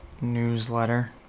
newsletter